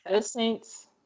Saints